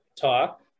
talk